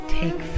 take